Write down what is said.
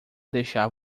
deixar